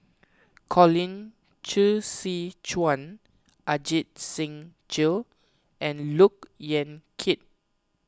Colin Qi Zhe Quan Ajit Singh Gill and Look Yan Kit